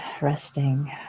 resting